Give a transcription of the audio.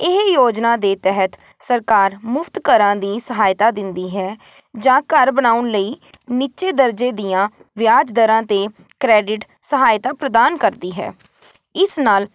ਇਹ ਯੋਜਨਾ ਦੇ ਤਹਿਤ ਸਰਕਾਰ ਮੁਫ਼ਤ ਘਰਾਂ ਦੀ ਸਹਾਇਤਾ ਦਿੰਦੀ ਹੈ ਜਾਂ ਘਰ ਬਣਾਉਣ ਲਈ ਨੀਚੇ ਦਰਜੇ ਦੀਆਂ ਵਿਆਜ ਦਰਾਂ 'ਤੇ ਕਰੈਡਿਟ ਸਹਾਇਤਾ ਪ੍ਰਦਾਨ ਕਰਦੀ ਹੈ ਇਸ ਨਾਲ